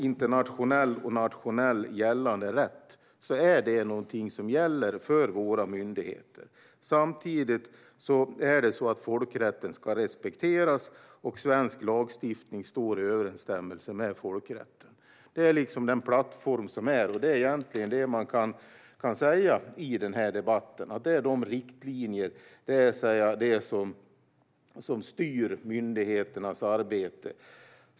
Internationell och nationell gällande rätt gäller för våra myndigheter. Samtidigt ska folkrätten respekteras, och svensk lagstiftning står i överensstämmelse med folkrätten. Det är den plattform som finns. Det är vad som kan sägas i debatten. Det är de riktlinjerna som styr myndigheternas arbete.